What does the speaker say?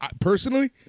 personally